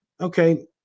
Okay